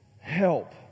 help